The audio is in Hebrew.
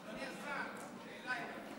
אדוני השר, שאלה לי אליך.